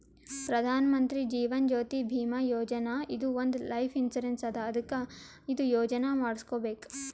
ಪ್ರಧಾನ್ ಮಂತ್ರಿ ಜೀವನ್ ಜ್ಯೋತಿ ಭೀಮಾ ಯೋಜನಾ ಇದು ಒಂದ್ life insurance ಅದಾ ಅದ್ಕ ಇದು ಯೋಜನಾ ಮಾಡುಸ್ಕೊಬೇಕ್